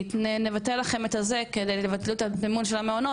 נבטל לכם את הזה כדי שתבטלו את המימון של המעונות,